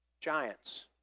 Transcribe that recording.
Giants